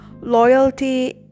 Loyalty